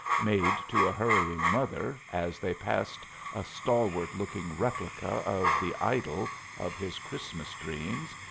made to a hurrying mother, as they passed a stalwart-looking replica of the idol of his christmas dreams,